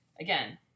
again